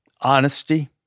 Honesty